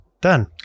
Done